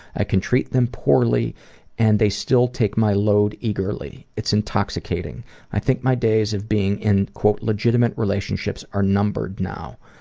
i can treat them poorly and they still take my load eagerly. it's intoxicating i think my days of being in legitimate relationships are numbered now.